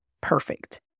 perfect